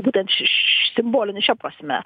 būtent š simboline šia prasme